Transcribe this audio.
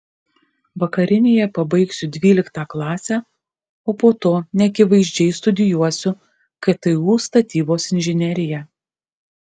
vakarinėje pabaigsiu dvyliktą klasę o po to neakivaizdžiai studijuosiu ktu statybos inžineriją